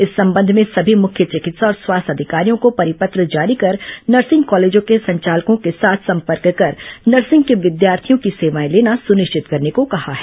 इस संबंध में सभी मुख्य चिकित्सा और स्वास्थ्य अधिकारियों को परिपत्र जारी कर नर्सिंग कॉलेजों के संचालकों के साथ सॅपर्क कर नर्सिंग के विद्यार्थियों की सेवाएं लेना सुनिश्चित करने को कहा है